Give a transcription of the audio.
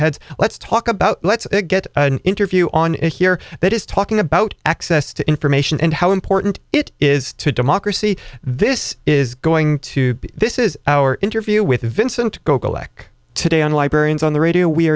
heads let's talk about let's get an interview on it here that is talking about access to information and how important it is to democracy this is going to be this is our interview with vincent go collect today on librarians on the radio we